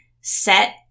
set